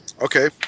Okay